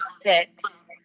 six